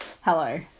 Hello